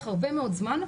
אבל לוקח הרבה מאוד זמן,